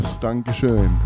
Dankeschön